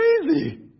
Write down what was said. crazy